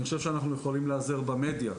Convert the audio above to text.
אני חושב שאנחנו יכולים להיעזר במדיה.